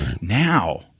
Now